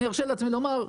ארשה לעצמי לומר,